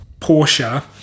Porsche